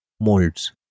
molds